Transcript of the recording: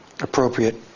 appropriate